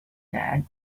that